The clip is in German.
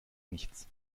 nichts